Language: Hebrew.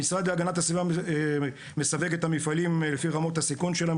המשרד להגנת הסביבה מסווג את המפעלים לפי רמות הסיכון שלהם,